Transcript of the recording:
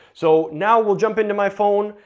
so now we'll jump into my phone,